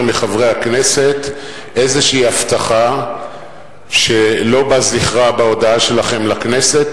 מחברי הכנסת איזו הבטחה שלא בא זכרה בהודעה שלכם לכנסת,